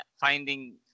finding